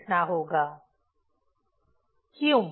फिर क्यों